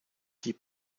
die